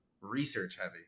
research-heavy